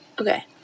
Okay